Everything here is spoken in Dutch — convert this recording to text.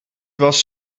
was